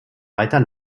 weiter